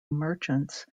merchants